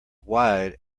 wide